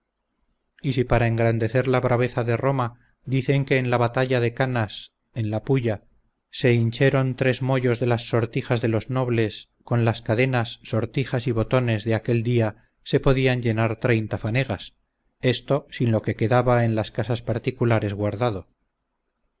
y si para engrandecer la braveza de roma dicen que en la batalla de canas en la pulla se hincheron tres moyos de las sortijas de los nobles con las cadenas sortijas y botones de aquel día se podían llenar treinta fanegas esto sin lo que quedaba en las casas particulares guardado